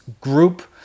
group